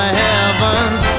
heavens